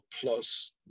plus